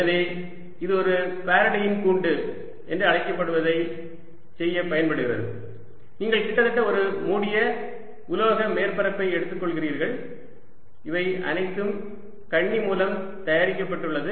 எனவே இது ஒரு ஃபாரடேயின் கூண்டு என்று அழைக்கப்படுவதை செய்ய பயன்படுகிறது நீங்கள் கிட்டத்தட்ட மூடிய உலோக மேற்பரப்பை எடுத்துக்கொள்கிறீர்கள் இவை அனைத்தும் கண்ணி மூலம் தயாரிக்கப்பட்டு உள்ளது